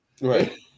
Right